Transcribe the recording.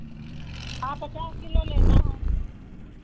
हाँ पचास किलो लेना है